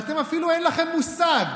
אתם, אין לכם אפילו מושג.